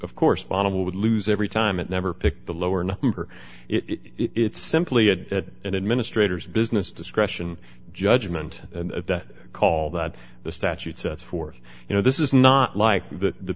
of course bottom would lose every time it never picked the lower number it simply had an administrator's business discretion judgment call that the statute sets forth you know this is not like the